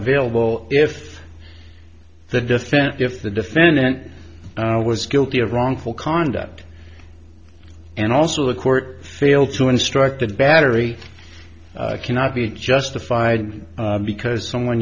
available if the defense if the defendant was guilty of wrongful conduct and also the court failed to instruct the battery cannot be justified because someone